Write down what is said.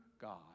God